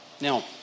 Now